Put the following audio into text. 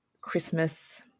Christmas